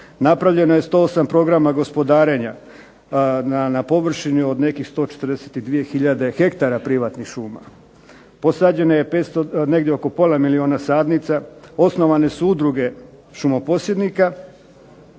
napravljeno je 108 programa gospodarenja na površini od nekih 142 tisuće hektara privatnih šuma, posađeno je negdje oko pola milijuna sadnica, osnovane su udruge šumoposjednika